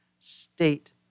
state